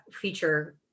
feature